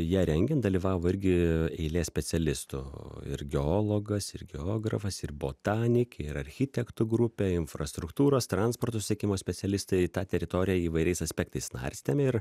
ją rengiant dalyvavo irgi eilė specialistų ir geologas ir geografas ir botanikė ir architektų grupė infrastruktūros transporto susiekimo specialistai tą teritoriją įvairiais aspektais narstėm ir